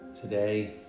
today